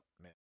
Man